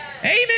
Amen